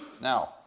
Now